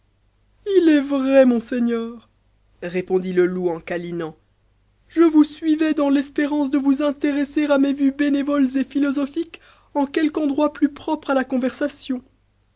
m est vrai monseigneur répondit le loup on clinant je vous suivais dans l'espé rance do vous intéresser mes vues bénévoles et philosophiques en quelque endroit plus propre a la conversation